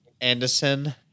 Anderson